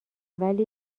ولی